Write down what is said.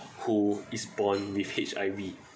who is born with H_I_V